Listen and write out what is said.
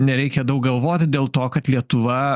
nereikia daug galvoti dėl to kad lietuva